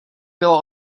bylo